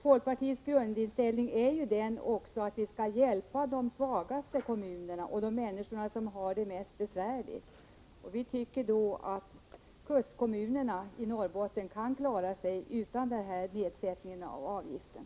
Folkpartiets grundinställning är också den att vi skall hjälpa de svagaste kommunerna och de människor som har det mest besvärligt. Vi tycker att kustkommunerna i Norrbotten kan klara sig utan en nedsättning av avgiften.